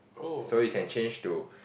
so you can change to